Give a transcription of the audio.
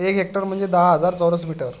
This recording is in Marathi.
एक हेक्टर म्हणजे दहा हजार चौरस मीटर